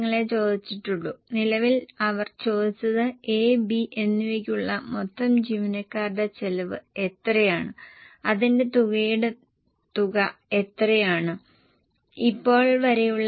നിങ്ങൾ അത് ശ്രദ്ധിച്ചിട്ടുണ്ടോ കാരണം മറ്റെല്ലാ കണക്കുകളും കോടികളിലായിരുന്നു കാരണം ലക്ഷക്കണക്കിന് മെട്രിക് ടണ്ണിലാണ് വിൽപ്പന നൽകുന്നത്